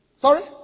Sorry